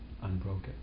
unbroken